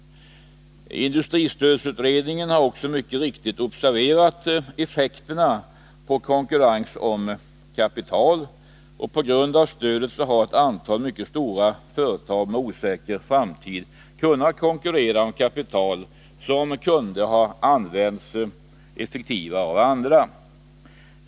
Industristödsutredningen har också mycket riktigt observerat effekterna på konkurrensen om kapital. Tack vare stödet har ett antal mycket stora företag med osäker framtid kunnat konkurrera om kapital som kunde ha använts effektivare av andra.